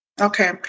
Okay